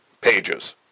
pages